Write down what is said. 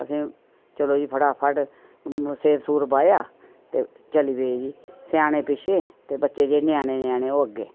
असें चलो जी फटाफट सेर सुर बाया ते चली पे जी स्याने पिच्छे ते बच्चे जेह्ड़े ञ्याणें ञ्याणे ओह् अग्गे